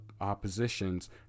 oppositions